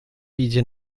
idzie